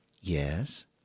Yes